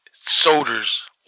Soldiers